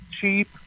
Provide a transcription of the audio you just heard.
cheap